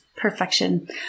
perfection